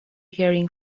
hearing